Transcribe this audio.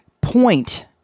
point